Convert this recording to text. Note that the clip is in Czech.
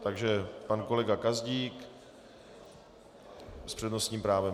Takže pan kolega Gazdík s přednostním právem.